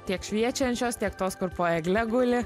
tiek šviečiančios tiek tos kur po egle guli